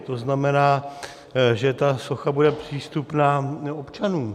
To znamená, že ta socha bude přístupná občanům.